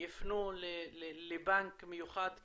יפנו לבנק מיוחד כזה.